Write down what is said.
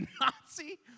Nazi